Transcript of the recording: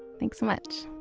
thanks so much